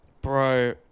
Bro